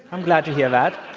i'm glad to hear that.